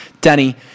Danny